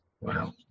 Wow